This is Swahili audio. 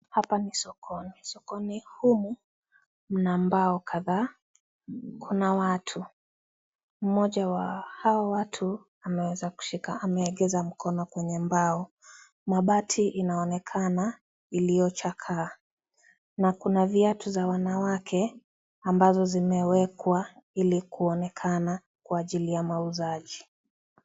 Hapa ni sokoni, sokoni humu mna mbao kadhaa na kuna watu. Mmoja wa hawa watu ameweza kushika ameekeza mkono kwenye mbao. Mabati inaonekana iliyochakaa na kuna viatu za wanawake ambazo zimeekwa ili kuonekana Kwa ajili ya mauzaji.